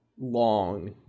long